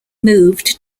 moved